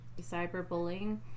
cyberbullying